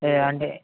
yeah అంటే